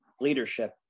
leadership